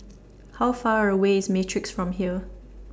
How Far away IS Matrix from here